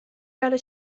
peale